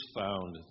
found